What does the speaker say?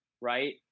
right